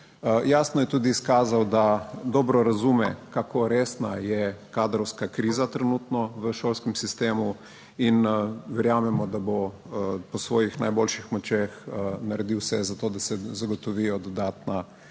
Jasno je tudi izkazal, da dobro razume, kako resna je kadrovska kriza trenutno v šolskem sistemu in verjamemo, da bo po svojih najboljših močeh naredil vse za to, da se zagotovijo dodatna